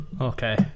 Okay